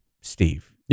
Steve